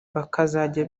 bakazajya